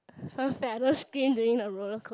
one fella scream during the roller coast~